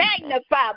magnify